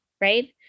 right